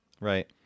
Right